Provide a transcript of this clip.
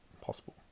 possible